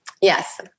Yes